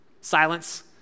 silence